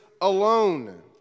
alone